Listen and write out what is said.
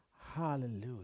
Hallelujah